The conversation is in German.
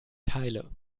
teile